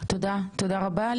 תודה רבה.